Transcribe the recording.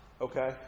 Okay